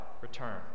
return